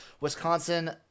Wisconsin